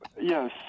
Yes